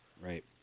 Right